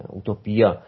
utopia